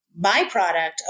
byproduct